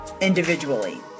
individually